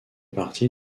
partie